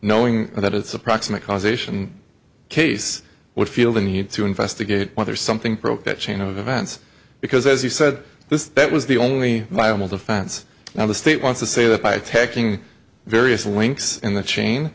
knowing that it's approximate causation case would feel the need to investigate whether something broke that chain of events because as you said this that was the only viable defense now the state wants to say that by attacking various links in the chain